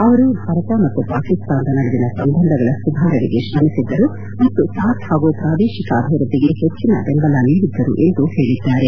ಅವರು ಭಾರತ ಮತ್ತು ಪಾಕಿಸ್ತಾನದ ನಡುವಿನ ಸಂಬಂಧಗಳ ಸುಧಾರಣೆಗೆ ಶ್ರಮಿಸಿದ್ದರು ಮತ್ತು ಸಾರ್ಕ್ ಹಾಗೂ ಪ್ರಾದೇಶಿಕ ಅಭಿವೃದ್ದಿಗೆ ಹೆಚ್ಚಿನ ಬೆಂಬಲ ನೀಡಿದ್ದರು ಎಂದು ಹೇಳಿದ್ದಾರೆ